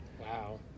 Wow